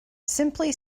simply